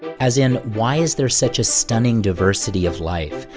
as in, why is there such a stunning diversity of life?